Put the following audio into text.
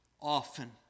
Often